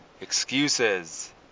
Excuses